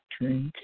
drink